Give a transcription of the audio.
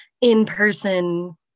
in-person